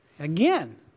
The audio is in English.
Again